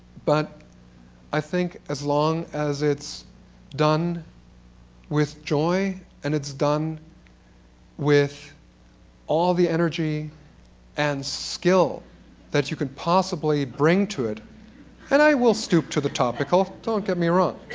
but i think as long as it's done with joy and it's done with all the energy and skill that you can possibly bring to it and i will stoop to the topical, don't get me wrong.